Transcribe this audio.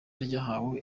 ryahawe